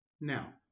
Now